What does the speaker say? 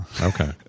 Okay